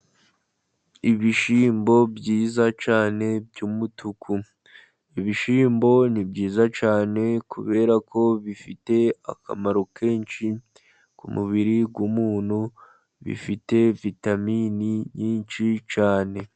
Ibishyimbo byiza cyane by'umutuku. Ibishyimbo ni byiza cyane kubera ko bifite akamaro kenshi, ku mubiri w'umuntu, bifite vitamini nyinshi cyane.